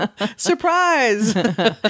Surprise